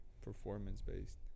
performance-based